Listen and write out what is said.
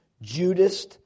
Judas